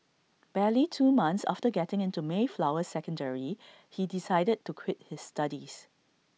barely two months after getting into Mayflower secondary he decided to quit his studies